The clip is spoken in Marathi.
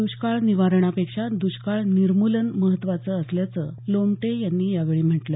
दष्काळ निवारणापेक्षा दष्काळ निर्मूलन महत्त्वाचं असल्याचं लोमटे यांनी यावेळी म्हटलं